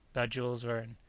by jules verne.